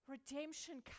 Redemption